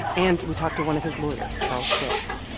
and we talked to one of his lawyers, charles swift.